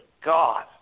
God